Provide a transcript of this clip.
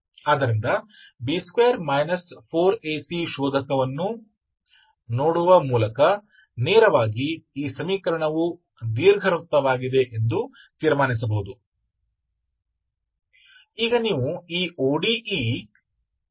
ಆದ್ದರಿಂದ B2 4AC ಶೋಧಕವನ್ನು ನೋಡುವ ಮೂಲಕ ನೇರವಾಗಿ ಈ ಸಮೀಕರಣವು ದೀರ್ಘವೃತ್ತವಾಗಿದೆ ಎಂದು ತೀರ್ಮಾನಿಸಬಹುದು